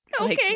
Okay